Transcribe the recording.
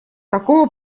такого